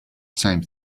same